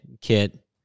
Kit